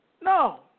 No